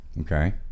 Okay